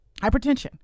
Hypertension